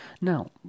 Now